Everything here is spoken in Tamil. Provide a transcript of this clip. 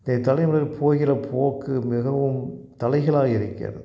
தே தலைமுறைகள் போகிற போக்கு மிகவும் தலைகீழாக இருக்கிறது